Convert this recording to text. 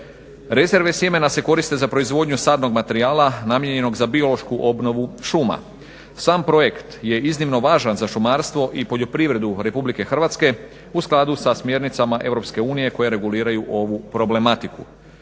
Rezerve sjemena se koriste za proizvodnju sadnog materijala, namijenjenog za biološku obnovu šuma. Sam projekt je iznimno važan za šumarstvo i poljoprivredu Republike Hrvatske u skladu sa smjernicama Europske unije koja reguliraju ovu problematiku.